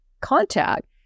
contact